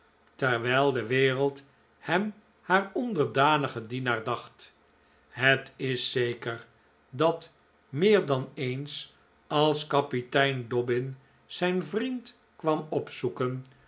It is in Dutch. terwijl de wereld hem haar onderdanigen dienaar dacht het is zeker dat meer dan eens als kapitein dobbin zijn vriend kwam opzoeken